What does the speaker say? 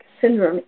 syndrome